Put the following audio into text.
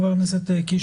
חבר הכנסת קיש,